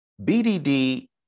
BDD